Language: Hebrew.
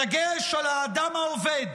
בדגש על האדם העובד,